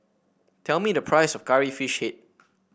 tell me the price of Curry Fish Head